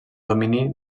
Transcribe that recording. domini